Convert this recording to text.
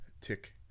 Tick